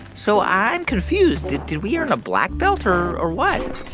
so i'm confused. did did we earn a black belt or or what?